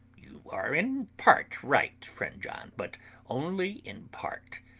you are in part right, friend john, but only in part.